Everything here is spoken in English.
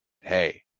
hey